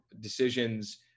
decisions